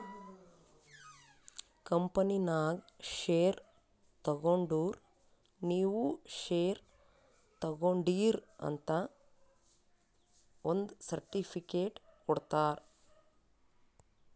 ಕಂಪನಿನಾಗ್ ಶೇರ್ ತಗೊಂಡುರ್ ನೀವೂ ಶೇರ್ ತಗೊಂಡೀರ್ ಅಂತ್ ಒಂದ್ ಸರ್ಟಿಫಿಕೇಟ್ ಕೊಡ್ತಾರ್